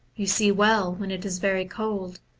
you see well, when it is very cold,